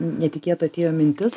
netikėta atėjo mintis